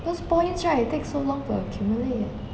those points right you take so long to accumulate